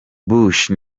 bush